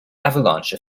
avalanche